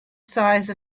size